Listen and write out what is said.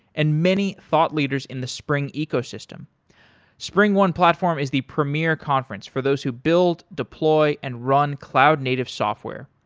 and many thought leaders in the spring ecosystem springone platform is the premier conference for those who build, deploy and run cloud-native software.